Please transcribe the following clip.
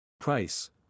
Price